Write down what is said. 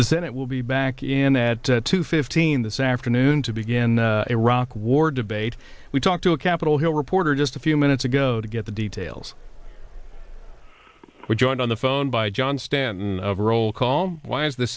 senate will be back in at two fifteen this afternoon to begin iraq war debate we talked to a capitol hill reporter just a few minutes ago to get the details we're joined on the phone by john stanton of roll call why is the